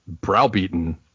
browbeaten